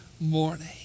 morning